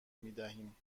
میدهیم